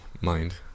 mind